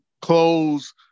clothes